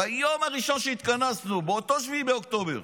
ביום הראשון שהתכנסנו, באותו 7 באוקטובר,